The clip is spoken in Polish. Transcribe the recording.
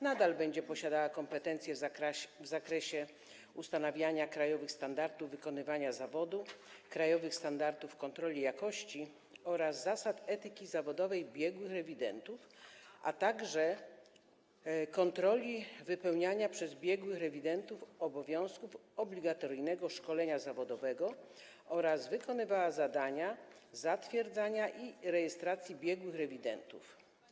Nadal będzie posiadała kompetencje w zakresie ustanawiania krajowych standardów wykonywania zawodu, krajowych standardów kontroli jakości oraz zasad etyki zawodowej biegłych rewidentów, a także kontroli wypełniania przez biegłych rewidentów obowiązków obligatoryjnego szkolenia zawodowego oraz wykonywała zadania dotyczące zatwierdzania i rejestracji biegłych rewidentów.